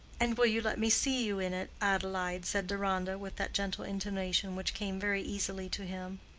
and will you let me see you in it, adelaide? said deronda, with that gentle intonation which came very easily to him.